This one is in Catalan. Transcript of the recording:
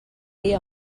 dir